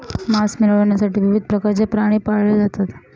मांस मिळविण्यासाठी विविध प्रकारचे प्राणी पाळले जातात